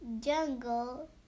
Jungle